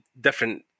different